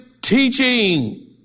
teaching